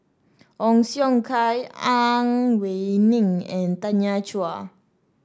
Ong Siong Kai Ang Wei Neng and Tanya Chua